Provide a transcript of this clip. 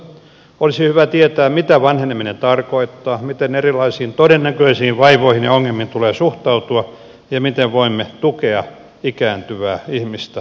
olisi hyvä tietää mitä vanheneminen tarkoittaa miten erilaisiin todennäköisiin vaivoihin ja ongelmiin tulee suhtautua ja miten voimme tukea ikääntyvää ihmistä ja lähimmäistä